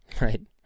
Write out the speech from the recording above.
right